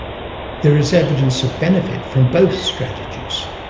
there is evidence of benefit from both strategies.